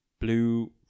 Blue